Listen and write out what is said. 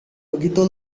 begitu